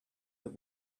that